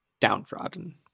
downtrodden